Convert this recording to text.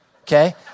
okay